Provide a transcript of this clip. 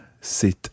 C'est